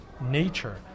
nature